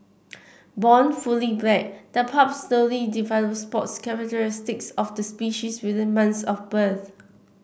born fully black the pups slowly develop spots characteristic of the species within months of birth